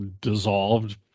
dissolved